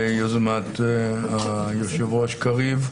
ביוזמת היושב-ראש קריב,